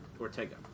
Ortega